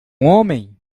homem